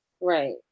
Right